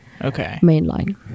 mainline